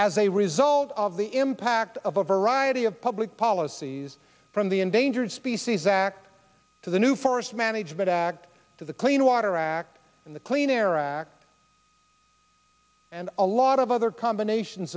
as a result of the impact of a variety of public policies from the endangered species act to the new forest management act to the clean water act and the clean air act and a lot of other combinations